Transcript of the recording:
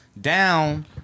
down